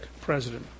president